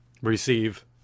receive